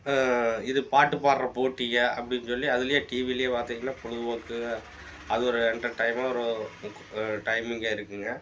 இது பாட்டு பாடுற போட்டி அப்படின்னு சொல்லி அதுலேயே டிவியிலையே பார்த்திங்கன்னா பொழுதுபோக்கு அது ஒரு என்டர்டைமா ஒரு டைமிங்காக இருக்குங்க